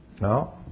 No